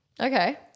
Okay